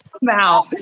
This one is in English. Wow